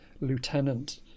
Lieutenant